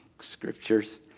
scriptures